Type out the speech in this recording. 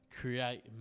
create